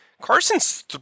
Carson's